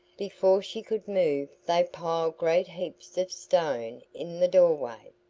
before she could move they piled great heaps of stone in the door-way.